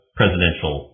presidential